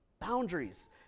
Boundaries